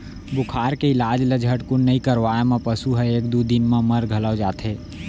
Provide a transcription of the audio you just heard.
बुखार के इलाज ल झटकुन नइ करवाए म पसु ह एक दू दिन म मर घलौ जाथे